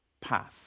path